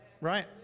right